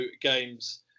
Games